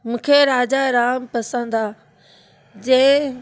मूंखे राजा राम पसंदि आहे जंहिं